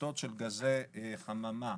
בפליטות של גזי חממה,